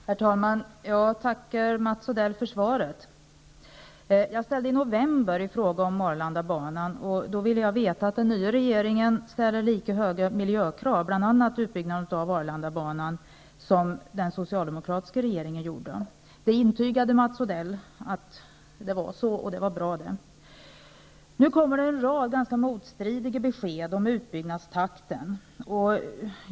Herr talman! Jag tackar Mats Odell för svaret. Jag ställde i november en fråga om Arlandabanan. Då ville jag veta om den nya regeringen ställde lika höga miljökrav, bl.a. beträffande utbyggnaden av Arlandabanan, som den socialdemokratiska regeringen gjorde. Det intygade Mats Odell, och det var bra. Nu kommer det en rad ganska motstridiga besked om utbyggnadstakten.